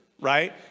right